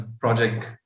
project